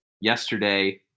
yesterday